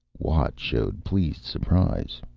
watt showed pleased surprise.